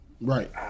right